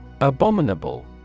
Abominable